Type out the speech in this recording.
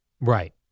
Right